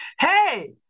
hey